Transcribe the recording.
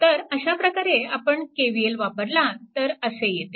तर अशा प्रकारे आपण KVL वापरला तर असे येते